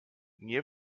nie